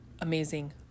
amazing